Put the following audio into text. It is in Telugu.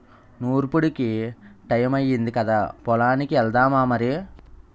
నూర్పుడికి టయమయ్యింది కదా పొలానికి ఎల్దామా మరి